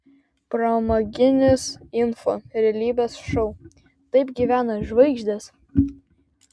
pramoginis info realybės šou taip gyvena žvaigždės